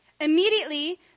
Immediately